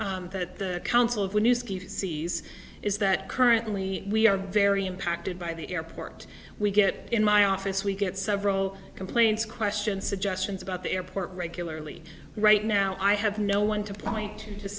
that the council of new sees is that currently we are very impacted by the airport we get in my office we get several complaints questions suggestions about the airport regularly right now i have no one to point to